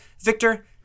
Victor